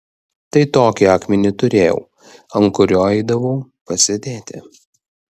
tai tokį akmenį turėjau ant kurio eidavau pasėdėti